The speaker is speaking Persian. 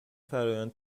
فرایند